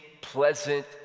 pleasant